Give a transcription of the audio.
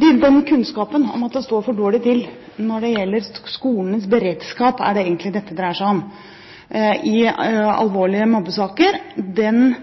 Denne kunnskapen om at det står for dårlig til når det gjelder skolens beredskap – det er vel egentlig det dette dreier seg om – i